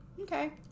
okay